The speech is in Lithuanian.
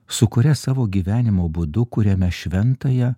su kuria savo gyvenimo būdu kuriame šventąją